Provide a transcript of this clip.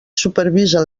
supervisa